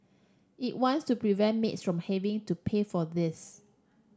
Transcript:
it wants to prevent maids from having to pay for this